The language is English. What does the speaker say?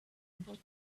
about